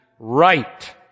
Right